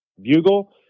Bugle